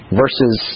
versus